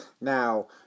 Now